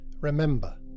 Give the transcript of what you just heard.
remember